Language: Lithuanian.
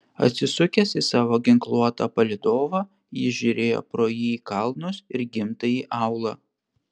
atsisukęs į savo ginkluotą palydovą jis žiūrėjo pro jį į kalnus ir gimtąjį aūlą